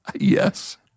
Yes